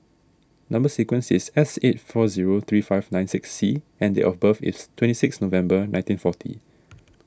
Number Sequence is S eight four zero three five nine six C and date of birth is twenty six November nineteen forty